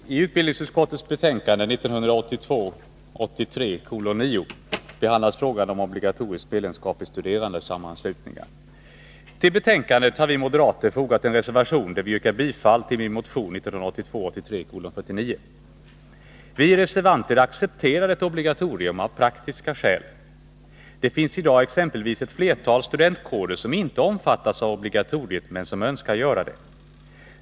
Herr talman! I utbildningsutskottets betänkande 1982 83:49. Vi reservanter accepterar ett obligatorium av praktiska skäl. Det finns i dag exempelvis ett flertal studentkårer som inte omfattas av obligatoriet men som önskar göra det.